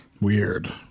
weird